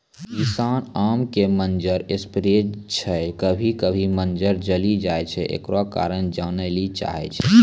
किसान आम के मंजर जे स्प्रे छैय कभी कभी मंजर जली जाय छैय, एकरो कारण जाने ली चाहेय छैय?